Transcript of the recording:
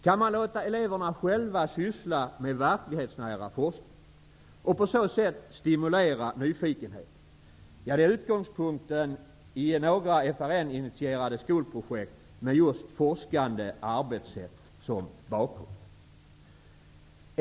Kan man låta eleverna själva syssla med verklighetsnära forskning, för att på så sätt stimulera nyfikenheten? Det är utgångspunkten i några skolprojekt initierade av FRN, med just forskande arbetssätt som bakgrund.